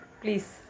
Please